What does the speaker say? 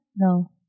No